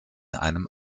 einem